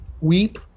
weep